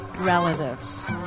relatives